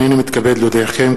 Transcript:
הנני מתכבד להודיעכם,